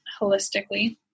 holistically